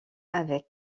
avec